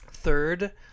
third